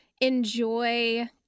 enjoy